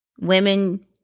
Women